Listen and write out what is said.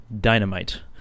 dynamite